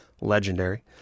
Legendary